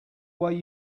way